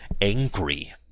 angry